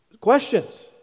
questions